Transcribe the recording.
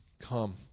come